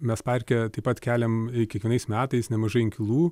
mes parke taip pat keliam kiekvienais metais nemažai inkilų